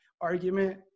argument